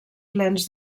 plens